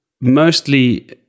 mostly